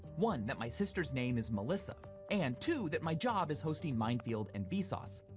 one, that my sister's name is melissa and, two, that my job is hosting mind field and vsauce.